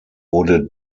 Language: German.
wurde